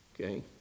Okay